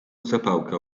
zapałkę